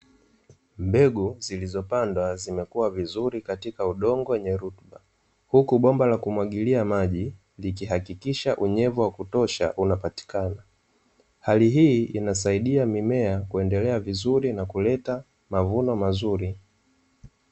Mbeg zilizopandwa zimekuwa vizuri katika udongo wenye rutuba, huku bomba la kumwagilia maji likihakikisha unyevu wa kutosha unapatikana, hali hii inasaidia mimea kuendelea vizuri na kuleta mavuno mazuri.